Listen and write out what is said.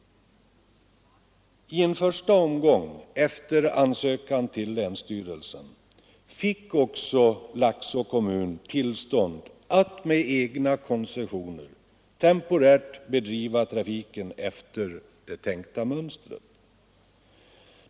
I en första omgång, efter ansökan till länsstyrelsen, fick också Laxå kommun tillstånd att med egna koncessioner temporärt bedriva trafiken efter det tänkta mönstret.